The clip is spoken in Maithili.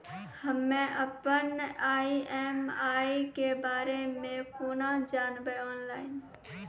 हम्मे अपन ई.एम.आई के बारे मे कूना जानबै, ऑनलाइन?